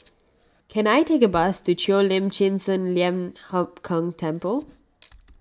can I take a bus to Cheo Lim Chin Sun Lian Hup Keng Temple